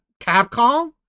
Capcom